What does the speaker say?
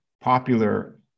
popular